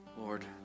Lord